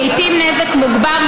לעיתים נזק מוגבר,